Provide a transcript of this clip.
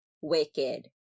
wicked